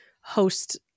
host